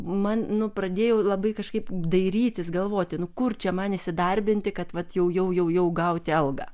man nu pradėjau labai kažkaip dairytis galvoti nu kur čia man įsidarbinti kad jau jau jau gauti algą